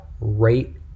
rate